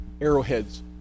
arrowheads